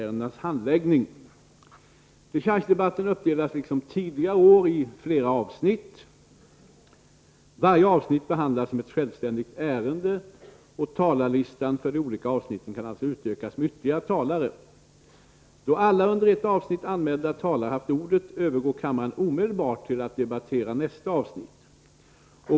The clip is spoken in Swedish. Dechargedebatten uppdelas liksom tidigare år i flera avsnitt. Varje avsnitt behandlas som ett självständigt ärende, och talarlistan för de olika avsnitten kan alltså utökas med ytterligare talare. Då alla under ett avsnitt anmälda talare haft ordet, övergår kammaren omedelbart till att debattera nästa avsnitt.